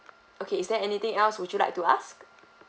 okay is there anything else would you like to ask